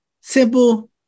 Simple